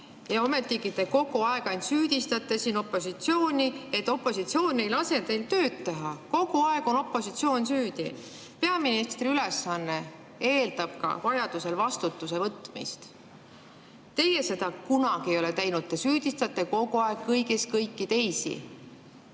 Ometigi te kogu aeg ainult süüdistate opositsiooni, et opositsioon ei lase teil tööd teha. Kogu aeg on opositsioon süüdi. Peaministri [amet] eeldab ka vajadusel vastutuse võtmist. Teie ei ole seda kunagi teinud, te süüdistate kogu aeg kõiges kõiki teisi.